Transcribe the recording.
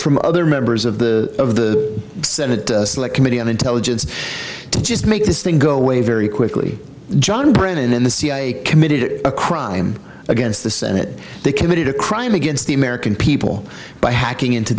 from other members of the of the senate select committee on intelligence to just make this thing go away very quickly john brennan in the cia committed a crime against the senate they committed a crime against the american people by hacking into